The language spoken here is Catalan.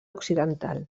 occidental